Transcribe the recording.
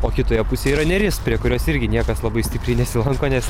o kitoje pusėje yra neris prie kurios irgi niekas labai stipriai nesilanko nes